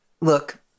look